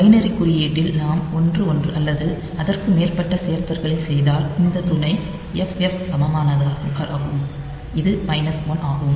binary குறியீட்டில் நாம் 11 அல்லது அதற்கு மேற்பட்ட சேர்த்தல்களைச் செய்தால் இந்த துணை FF சமமானது ஆகும் இது மைனஸ் 1 ஆகும்